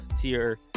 tier